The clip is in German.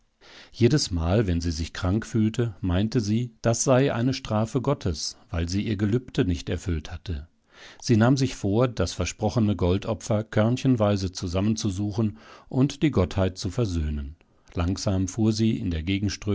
jedesmal wenn sie sich krank fühlte meinte sie das sei eine strafe gottes weil sie ihr gelübde nicht erfüllt hatte sie nahm sich vor das versprochene goldopfer körnchenweise zusammenzusuchen und die gottheit zu versöhnen langsam fuhr sie in der